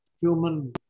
human